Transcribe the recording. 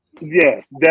Yes